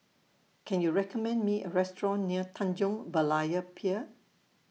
Can YOU recommend Me A Restaurant near Tanjong Berlayer Pier